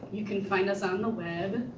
you can find us on the web,